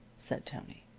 said tony.